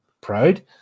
proud